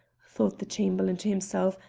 thought the chamberlain to himself,